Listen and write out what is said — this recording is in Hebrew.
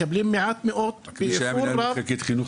מקבלים מעט מאוד, באיחור רב.